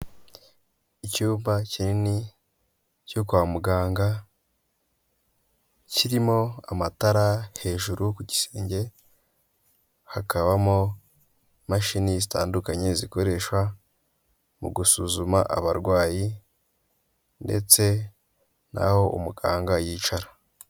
Icyumba kinini cyo kwa muganga, kirimo amatara hejuru ku gisenge, hakabamo imashini zitandukanye zikoreshwa mu gusuzuma abarwayi, ndetse n'aho umuganga yicara.